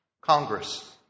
Congress